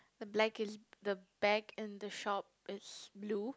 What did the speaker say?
the black is the back in the shop is blue